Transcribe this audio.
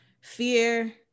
fear